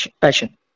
passion